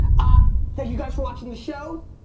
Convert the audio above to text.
ah thank you guys for watching the show.